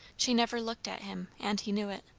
she never looked at him, and he knew it.